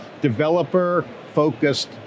developer-focused